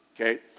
Okay